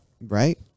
Right